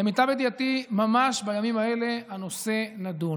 למיטב ידיעתי, ממש בימים האלה הנושא נדון.